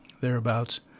thereabouts